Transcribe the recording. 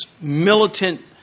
militant